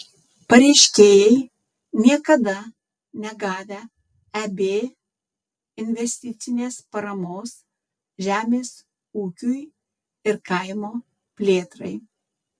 pareiškėjai niekada negavę eb investicinės paramos žemės ūkiui ir kaimo plėtrai